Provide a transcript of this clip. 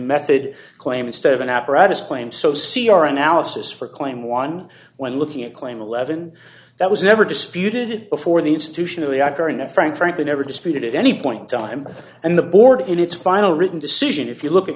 method claim instead of an apparatus claim so see our analysis for claim one when looking at claim eleven that was never disputed before the institution of the actor in that frank frankly never disputed at any point in time and the board in its final written decision if you look at